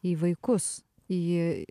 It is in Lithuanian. į vaikus į